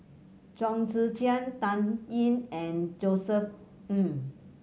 Chong Tze Chien Dan Ying and Josef Ng